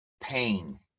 pain